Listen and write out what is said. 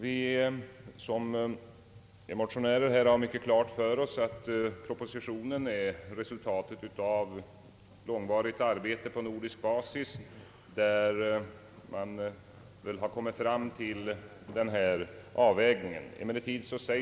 Vi motionärer har klart för oss att propositionen är resultatet av långvarigt arbete på nordisk basis, under vilket man har kommit fram till den avvägning, som redovisas i propositionen.